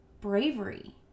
bravery